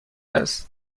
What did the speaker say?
است